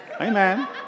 Amen